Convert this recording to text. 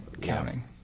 counting